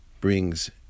brings